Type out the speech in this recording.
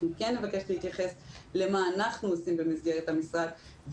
אנחנו כן נבקש להגיד מה אנחנו עושים במסגרת המשרד.